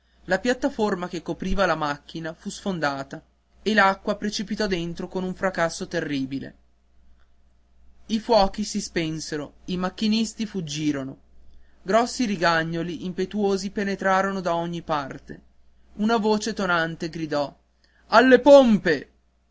la piattaforma che copriva la macchina fu sfondata e l'acqua precipitò dentro con un fracasso terribile i fuochi si spensero i macchinisti fuggirono grossi rigagnoli impetuosi penetrarono da ogni parte una voce tonante gridò alle pompe